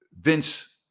Vince